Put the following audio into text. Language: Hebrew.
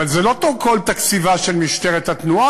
אבל זה לא כל תקציבה של משטרת התנועה.